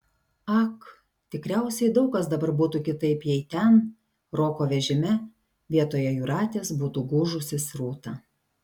ak tikriausiai daug kas dabar būtų kitaip jei ten roko vežime vietoje jūratės būtų gūžusis rūta